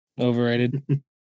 Overrated